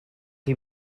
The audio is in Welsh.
chi